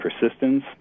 persistence